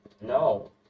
No